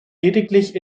lediglich